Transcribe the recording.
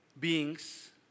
beings